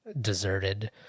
deserted